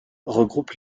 regroupe